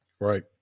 Right